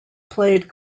played